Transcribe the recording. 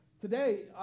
today